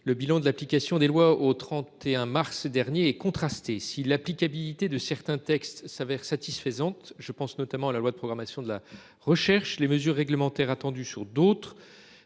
le bilan de l'application des lois au 31 mars dernier et contrastée si l'applicabilité de certains textes s'avère satisfaisante. Je pense notamment à la loi de programmation de la recherche. Les mesures réglementaires attendus sur d'autres